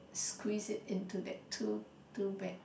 squeeze it into that two two bag